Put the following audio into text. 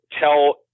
tell